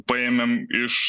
paėmėm iš